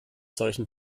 solchen